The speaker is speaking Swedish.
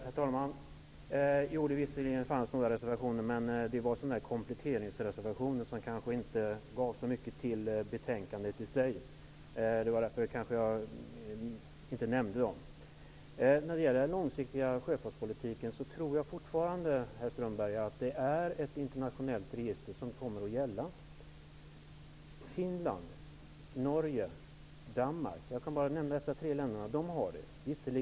Herr talman! Jo, visserligen fanns några reservationer, men det var kompletteringsreservationer som inte gav så mycket till betänkandet i sig. Det var därför jag inte nämnde dem. När det gäller den långsiktiga sjöfartspolitiken så tror jag fortfarande, Håkan Strömberg, att det är ett internationellt register som kommer att gälla. Finland, Norge, Danmark har det. Jag kan nöja mig med att nämna dessa tre länder.